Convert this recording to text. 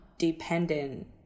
dependent